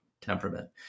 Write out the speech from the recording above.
temperament